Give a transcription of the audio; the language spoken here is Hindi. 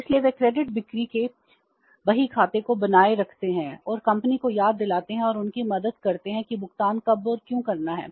इसलिए वे क्रेडिट बिक्री के बहीखाते को बनाए रखते हैं और कंपनी को याद दिलाते हैं और उनकी मदद करते हैं कि भुगतान कब और क्यों करना है